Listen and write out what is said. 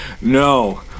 no